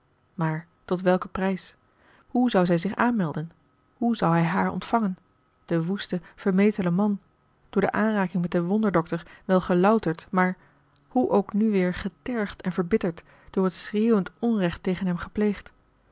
maar tot welken prijs hoe zou zij zich aanmelden hoe zou hij haar ontvangen de woeste vermetele man door de aanraking met den wonderdokter wel gelouterd maar hoe ook nu weêr getergd en verbitterd door het schreeuwend onrecht tegen hem